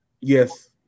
Yes